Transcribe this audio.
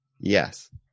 Yes